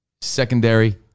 secondary